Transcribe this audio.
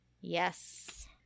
Yes